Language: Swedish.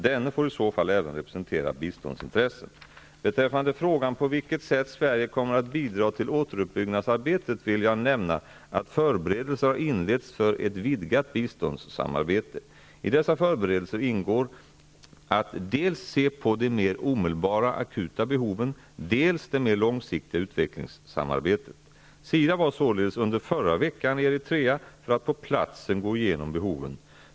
Denne får i så fall även representera biståndsintressen. Beträffande frågan på vilket sätt Sverige kommer att bidra till återuppbyggnadsarbetet vill jag nämna att förberedelser har inletts för ett vidgat biståndssamarbete. I dessa förberedelser ingår att se på dels de mer omedelbara akuta behoven, dels det mer långsiktiga utvecklingssamarbetet. SIDA var således under förra veckan i Eritrea för att på platsen gå igenom behoven.